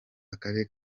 akarere